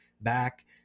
back